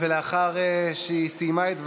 לאחר שהיא סיימה את דבריה,